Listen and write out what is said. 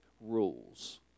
rules